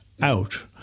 Out